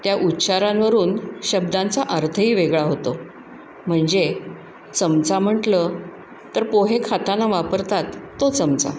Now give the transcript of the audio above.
त्या उच्चारांवरून शब्दांचा अर्थही वेगळा होतो म्हणजे चमचा म्हटलं तर पोहे खाताना वापरतात तो चमचा